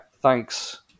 thanks